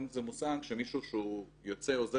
אדוני,